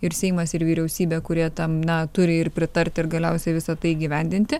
ir seimas ir vyriausybė kurie tam na turi ir pritarti ir galiausiai visa tai įgyvendinti